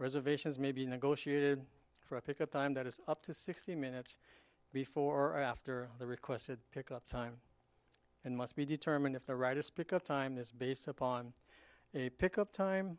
reservations may be negotiated for a pick up time that is up to sixty minutes before or after the requested pickup time and must be determined if the right to speak up time is based upon a pick up time